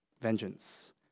vengeance